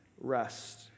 rest